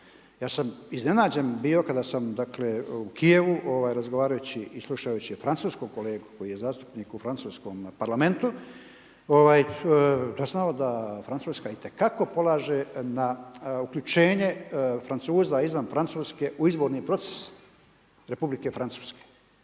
Ja sam iznenađen bio kada sam dakle u Kijevu razgovarajući i slušajući francuskog kolegu koji je zastupnik u francuskom Parlamentu doznao da Francuska itekako polaže na uključenje Francuza izvan Francuske u izborni proces Republike Francuske.